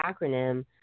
acronym